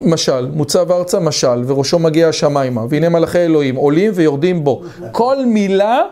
משל, מוצב ארצה, משל, וראשו מגיע השמיימה, והנה מלאכי אלוהים, עולים ויורדים בו. כל מילה...